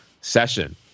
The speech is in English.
session